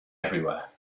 everywhere